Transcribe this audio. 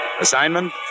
Assignment